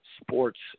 sports